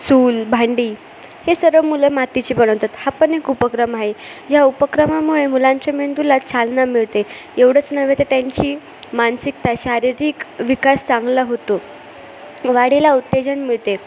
चूल भांडी हे सर्व मुलं मातीचे बनवतात हा पण एक उपक्रम आहे ह्या उपक्रमामुळे मुलांच्या मेंदूला चालना मिळते एवढंच नव्हे तर त्यांची मानसिकता शारीरिक विकास चांगला होतो वाढीला उत्तेजन मिळते